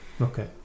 Okay